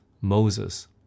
Moses